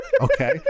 Okay